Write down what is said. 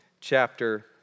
chapter